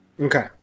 okay